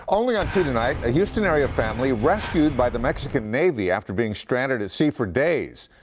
only on two tonight, a houston-area family rescued by the mexican navy after being stranded at sea for days.